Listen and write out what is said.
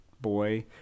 Boy